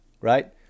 Right